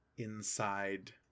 Inside